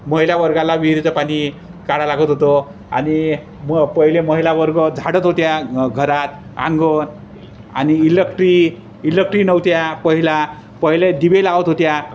महिला वर्गाला विहिरीचं पाणी काढा लागत होतो आणि म पहिले महिला वर्ग झाडत होत्या घरात अंगण आणि इलक्ट्री इलक्ट्री नव्हत्या पहिला पहिले दिवे लावत होत्या